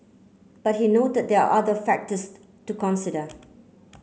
but he noted there are other factors to consider